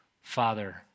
father